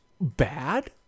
bad